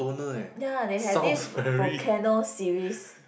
ya they have this book volcano series